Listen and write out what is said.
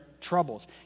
troubles